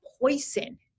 poison